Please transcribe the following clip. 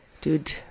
Dude